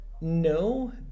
No